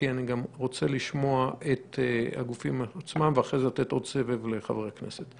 כי אני רוצה לשמוע גם את הגופים עצמם ואחרי זה לתת עוד סבב לחברי הכנסת.